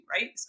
right